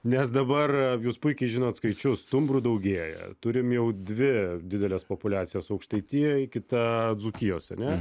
nes dabar jūs puikiai žinot skaičius stumbrų daugėja turim jau dvi dideles populiacijas aukštaitijoj kita dzūkijos ane